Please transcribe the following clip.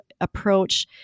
approach